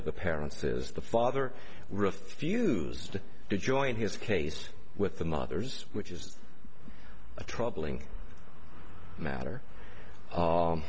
of the parents is the father refused to join his case with the mothers which is a troubling matter